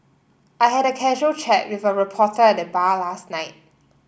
I had a casual chat with a reporter at the bar last night